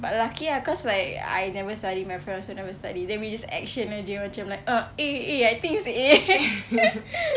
but lucky lah cause like I never study my friend also never study then we just action jer macam like uh A A I think it's A